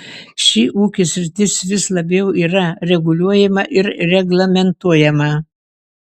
ši ūkio sritis vis labiau yra reguliuojama ir reglamentuojama